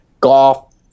golf